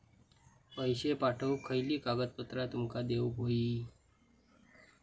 पैशे पाठवुक खयली कागदपत्रा तुमका देऊक व्हयी?